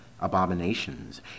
abominations